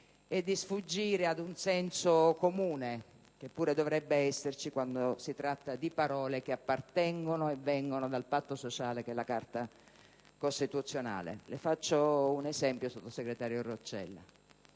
e di sfuggire ad un senso comune, che pure dovrebbe esserci quando si usano parole che appartengono al patto sociale che è la Carta costituzionale. Le faccio un esempio, sottosegretario Roccella: